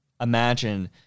imagine